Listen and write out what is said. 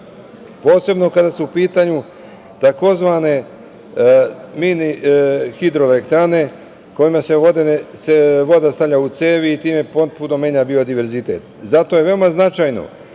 posebno kada su u pitanju tzv. mini hidroelektrane kojima se voda stavlja u cevi i time potpuno menja biodiverzitet. Zato je veoma značajno